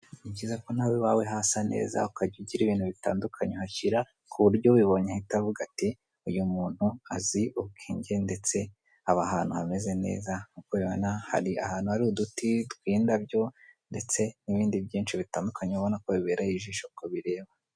Ni byiza ko nawe iwawe hasa neza ukajya ugira ibintu bitandukanye uhashyira ku buryo ubibonye ahita avuga ati:''Uyu muntu azi ubwenge ndetse aba ahantu hameze neza." nk'uko ubibona hari ahantu hari uduti tw'indabyo ndetse n'ibindi byinshi bitandukanye ubona ko bibereye ijisho kubireba.